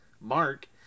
Mark